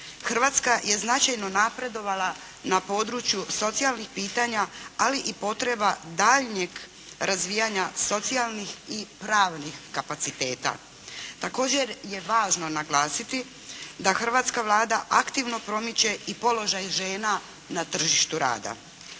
Hrvatska je značajno napredovala na području socijalnih pitanja ali i potreba daljnjeg razvijanja socijalnih i pravnih kapaciteta. Također je važno naglasiti da hrvatska Vlada aktivno promiče i položaj žena na tržištu rada.